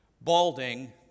balding